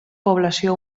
població